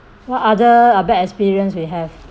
what other uh bad experience we have